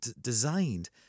designed